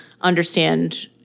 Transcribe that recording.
understand